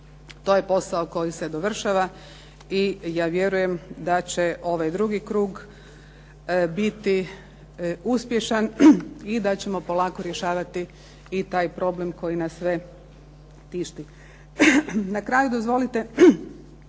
To je posao koji se dovršava i ja vjerujem da će ovaj drugi krug biti uspješan i da ćemo polako rješavati i taj problem koji nas sve tišti. Na kraju dozvolite